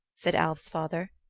said alv's father.